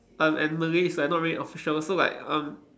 and and Malay is like not really official so like um